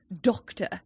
doctor